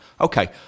Okay